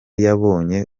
yabonye